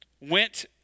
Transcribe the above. went